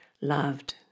loved